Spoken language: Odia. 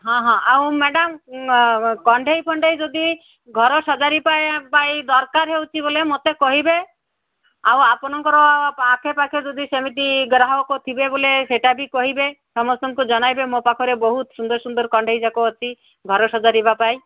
ହଁ ହଁ ଆଉ ମ୍ୟାଡ଼ାମ୍ କଣ୍ଢେଇ ଫଣ୍ଢେଇ ଯଦି ଘର ସଜାଡ଼ିବା ପାଇଁ ଦରକାର ହେଉଛି ବୋଲେ ମୋତେ କହିବେ ଆଉ ଆପଣଙ୍କର ଆଖେପାଖେ ଯଦି ସେମିତି ଗ୍ରାହକ ଥିବେ ବୋଲେ ସେଟା ବି କହିବେ ସମସ୍ତଙ୍କୁ ଜଣାଇବେ ମୋ ପାଖରେ ବହୁତ ସୁନ୍ଦର ସୁନ୍ଦର କଣ୍ଢେଇ ଯାକ ଅଛି ଘର ସଜାଡ଼ିବା ପାଇଁ